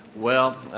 well,